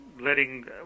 letting